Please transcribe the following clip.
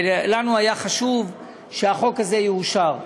ולנו היה חשוב שהחוק הזה יאושר.